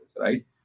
right